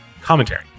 commentary